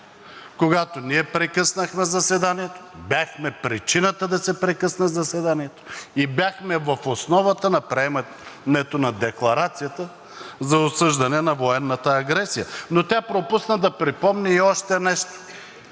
когато ние прекъснахме заседанието, бяхме причината да се прекъсне заседанието и бяхме в основата на приемането на Декларацията за осъждане на военната агресия. Но тя пропусна да припомни и още нещо,